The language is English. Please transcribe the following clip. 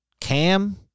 Cam